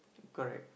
correct